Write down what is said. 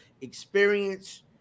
experience